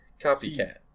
copycat